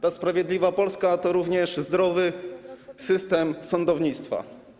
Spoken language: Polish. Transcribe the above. Ta sprawiedliwa Polska to również zdrowy system sądownictwa.